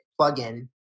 plugin